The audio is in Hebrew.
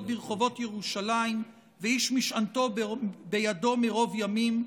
ברחֹבות ירושלם ואיש משענתו בידו מרֹב ימים.